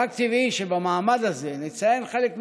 רק טבעי שבמעמד הזה נציין חלק מדבריו,